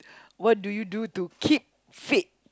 what do you do to keep fit